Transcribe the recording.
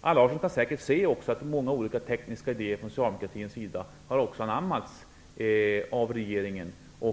Allan Larsson kan också se att många olika tekniska idéer från socialdemokratins sida har anammats av regeringen.